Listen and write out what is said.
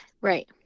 Right